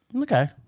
Okay